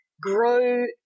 grow